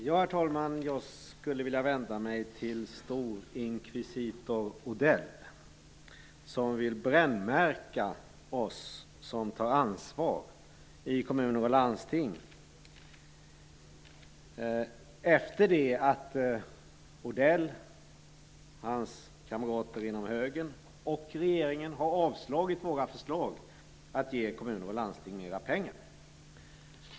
Herr talman! Jag skulle vilja vända mig till storinkvisitor Mats Odell som vill brännmärka oss som tar ansvar i kommuner och landsting efter det att Mats Odell och hans kamrater inom högern och regeringen har avslagit våra förslag att ge kommuner och landsting mer pengar.